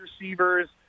receivers